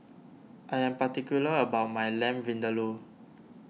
I am particular about my Lamb Vindaloo